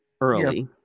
early